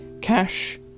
Cash